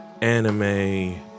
Anime